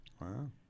Wow